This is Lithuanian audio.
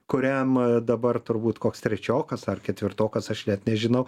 kuriam dabar turbūt koks trečiokas ar ketvirtokas aš net nežinau